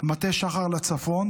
מטה שחר לצפון,